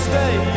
Stay